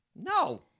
No